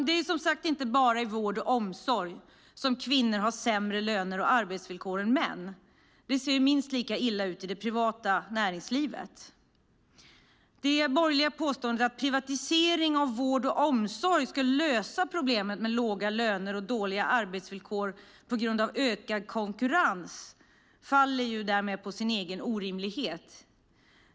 Det är som sagt inte bara i vård och omsorg som kvinnor har sämre löner och arbetsvillkor än män, utan det ser minst lika illa ut i det privata näringslivet. Det borgerliga påståendet att privatisering av vård och omsorg skulle lösa problemet med låga löner och dåliga arbetsvillkor på grund av ökad konkurrens faller därmed på sin egen orimlighet.